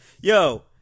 Yo